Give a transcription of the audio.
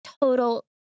total